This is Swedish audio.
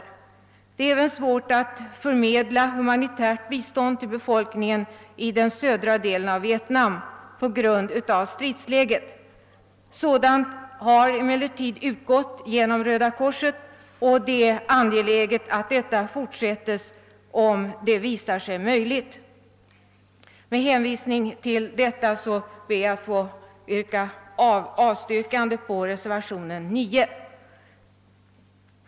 På grund av stridsläget är det svårt att förmedla humanitärt bistånd till befolkningen i den södra delen av Vietnam. Sådan har emellertid utgått genom Röda korset, och det är angeläget att detta fortsätter om det visar sig möjligt. Med hänvisning till vad jag här har sagt ber jag att få yrka bifall till utskottets hemställan, vilket innebär att reservationen 9 vid punkten 10 avslås.